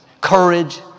courage